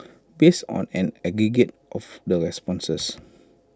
based on an aggregate of the responses